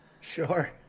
sure